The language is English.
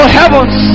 heavens